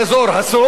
הסעודים,